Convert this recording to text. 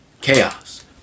chaos